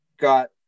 got